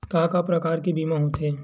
का का प्रकार के बीमा होथे?